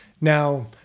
Now